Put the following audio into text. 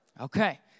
Okay